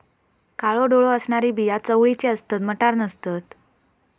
काळो डोळो असणारी बिया चवळीची असतत, मटार नसतत